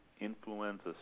influenza